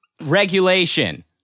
regulation